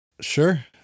Sure